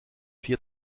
vier